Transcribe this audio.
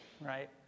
Right